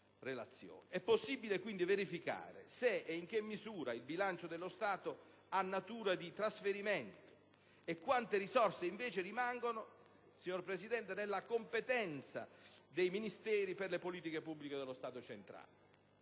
possibile verificare se e in che misura il bilancio dello Stato ha natura di trasferimento e quante risorse invece rimangono, signor Presidente, nella competenza dei Ministeri per le politiche pubbliche dello Stato centrale.